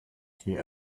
die